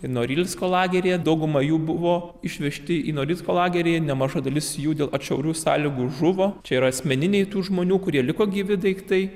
norilsko lageryje dauguma jų buvo išvežti į norilsko lagerį nemaža dalis jų dėl atšiaurių sąlygų žuvo čia yra asmeniniai tų žmonių kurie liko gyvi daiktai